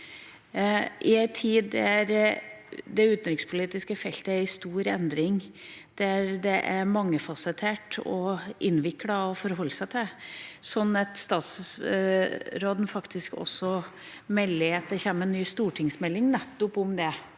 I en tid der det utenrikspolitiske feltet er i stor endring, der det er mangefasettert og innviklet å forholde seg til, sånn at utenriksministeren faktisk også melder at det kommer en ny stortingsmelding nettopp om det